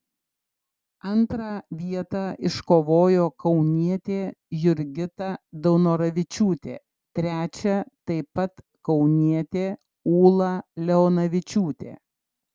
antrą vietą iškovojo kaunietė jurgita daunoravičiūtė trečią taip pat kaunietė ūla leonavičiūtė